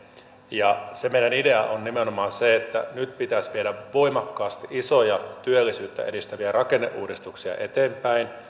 ja se meidän ideamme on nimenomaan se että nyt pitäisi viedä voimakkaasti eteenpäin isoja työllisyyttä edistäviä rakenneuudistuksia